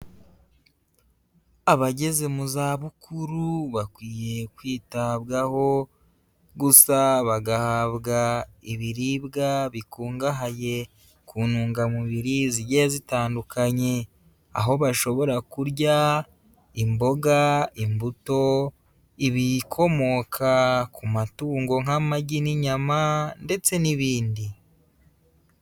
Abageze mu zabukuru bakwiye kwitabwaho, gusa bagahabwa ibiribwa bikungahaye ku ntungamubiri zigiye zitandukanye, aho bashobora kurya imboga, imbuto , ibikomoka ku matungo nk'amagi n'inyama, ndetse n'ibindi.